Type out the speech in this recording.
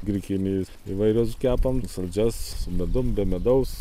grikinį įvairias kepam saldžias su medum be medaus